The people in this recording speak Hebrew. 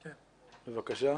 בבקשה.